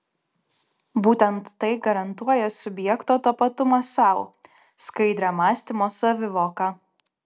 būtent tai garantuoja subjekto tapatumą sau skaidrią mąstymo savivoką